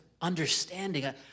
understanding